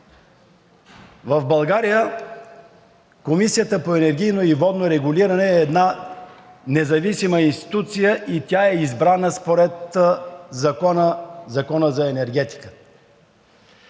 В България Комисията за енергийно и водно регулиране е една независима институция и тя е избрана според Закона за енергетиката.